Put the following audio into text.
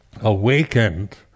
awakened